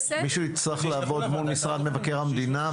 מישהו הצטרך לעבוד מול משרד מבקר המדינה,